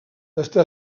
està